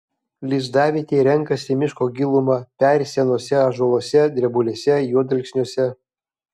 lizdavietei renkasi miško gilumą peri senuose ąžuoluose drebulėse juodalksniuose